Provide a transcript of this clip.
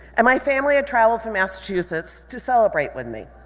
and my family had traveled from massachusetts to celebrate with me.